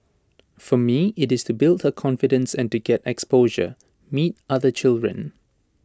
for me IT is to build her confidence and to get exposure meet other children